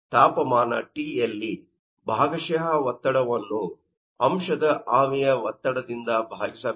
ತಾಪಮಾನ T ಯಲ್ಲಿ ಭಾಗಶಃ ಒತ್ತಡವನ್ನು ಅಂಶದ ಆವಿಯ ಒತ್ತಡದಿಂದ ಭಾಗಿಸಬೇಕು